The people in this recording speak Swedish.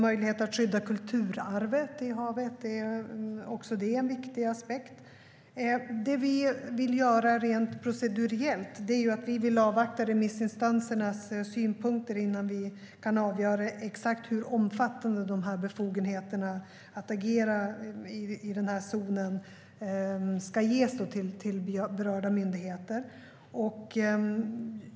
Möjligheten att skydda kulturarvet i havet är också en viktig aspekt. Det vi vill göra rent proceduriellt är att avvakta remissinstansernas synpunkter innan vi kan avgöra exakt hur omfattande befogenheter att agera i zonen som ska ges till berörda myndigheter.